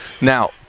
Now